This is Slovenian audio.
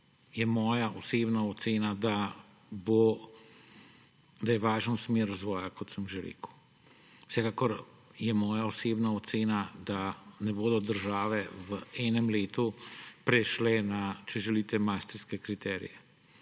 je moja osebna ocena, da je važna smer razvoja, kot sem že rekel. Vsekakor je moja osebna ocena, da ne bodo države v enem letu prešle na maastrichtske kriterije.